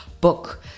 book